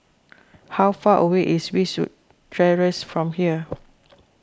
how far away is Eastwood Terrace from here